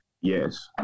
Yes